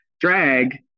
drag